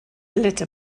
litter